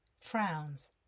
frowns